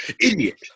Idiot